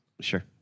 Sure